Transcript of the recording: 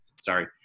Sorry